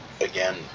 again